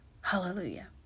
Hallelujah